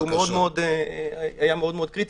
שהיה מאוד קריטי,